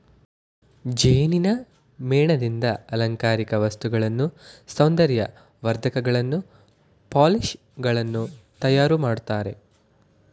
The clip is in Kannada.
ಜೇನಿನ ಮೇಣದಿಂದ ಅಲಂಕಾರಿಕ ವಸ್ತುಗಳನ್ನು, ಸೌಂದರ್ಯ ವರ್ಧಕಗಳನ್ನು, ಪಾಲಿಶ್ ಗಳನ್ನು ತಯಾರು ಮಾಡ್ತರೆ